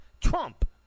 Trump